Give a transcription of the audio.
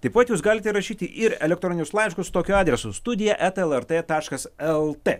taip pat jūs galite rašyti ir elektroninius laiškus tokiu adresu studija eta lrt taškas lt